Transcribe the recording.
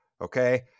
okay